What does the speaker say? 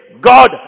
God